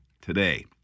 today